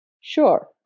Sure